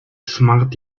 smart